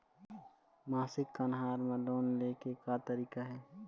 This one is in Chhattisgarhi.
मासिक कन्हार म लोन ले के का तरीका हे?